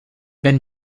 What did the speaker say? wenn